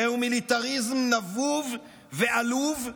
זהו מיליטריזם נבוב ועלוב,